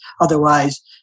Otherwise